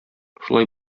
шулай